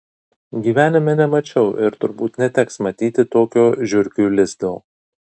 gyvenime nemačiau ir turbūt neteks matyti tokio žiurkių lizdo